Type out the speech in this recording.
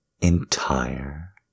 entire